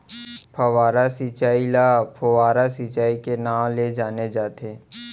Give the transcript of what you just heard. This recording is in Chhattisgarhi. फव्हारा सिंचई ल फोहारा सिंचई के नाँव ले जाने जाथे